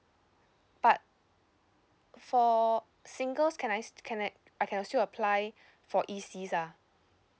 but for singles can I st~ can I I can still apply for E_Cs ah